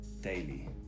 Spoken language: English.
daily